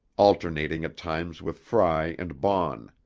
alternating at times with frey and baughn.